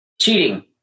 cheating